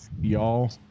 y'all